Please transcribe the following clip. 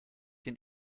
den